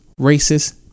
racist